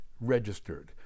registered